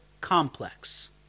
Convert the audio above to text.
complex